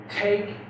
Take